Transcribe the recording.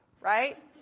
right